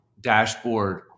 dashboard